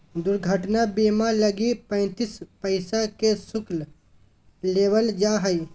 दुर्घटना बीमा लगी पैंतीस पैसा के शुल्क लेबल जा हइ